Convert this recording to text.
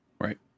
right